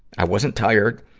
i wasn't tired,